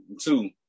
two